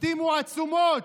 החתימו על עצומות,